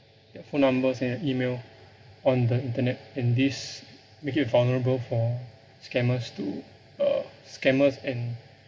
their phone numbers and their email on the internet and this make it vulnerable for scammers to uh scam us and